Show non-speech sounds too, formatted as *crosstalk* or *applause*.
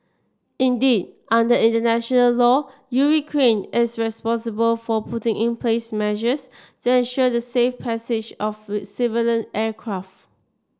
indeed under international law *unintelligible* is responsible for putting in place measures to ensure the safe passage of civilian aircraft